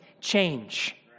change